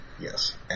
Yes